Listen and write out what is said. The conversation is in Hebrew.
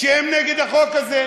שהן נגד החוק הזה.